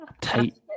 tight